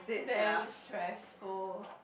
damn stressful